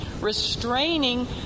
restraining